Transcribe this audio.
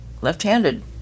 left-handed